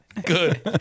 Good